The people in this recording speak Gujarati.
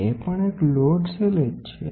તે પણ એક લોડ સેલ છે